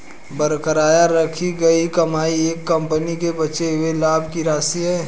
बरकरार रखी गई कमाई एक कंपनी के बचे हुए लाभ की राशि है